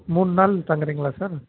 மூணு நாள் தங்குறீங்களா சார்